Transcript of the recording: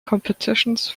competitions